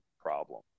problem